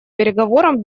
переговорам